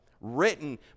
written